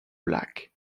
black